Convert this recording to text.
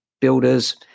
builders